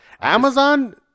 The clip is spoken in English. Amazon